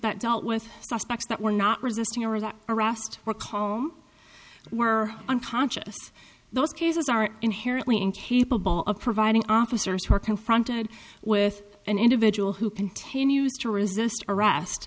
that dealt with suspects that were not resisting arrest or calm were unconscious those cases are inherently incapable of providing officers who are confronted with an individual who continues to resist arrest